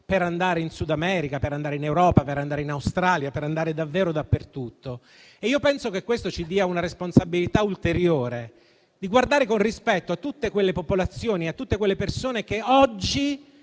per andare in Sudamerica, in Europa, in Australia, per andare davvero dappertutto. Io penso che questo ci dia una responsabilità ulteriore: guardare con rispetto a tutte quelle popolazioni e a tutte quelle persone che oggi